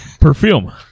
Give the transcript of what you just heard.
Perfume